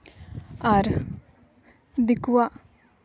ᱟᱨ ᱫᱤᱠᱩᱣᱟᱜ